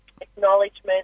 acknowledgement